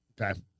Okay